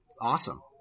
Awesome